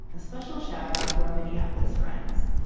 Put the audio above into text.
a special shout-out to our minneapolis friends.